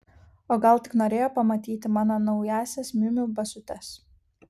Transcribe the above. o gal tik norėjo pamatyti mano naująsias miu miu basutes